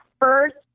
first